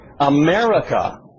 America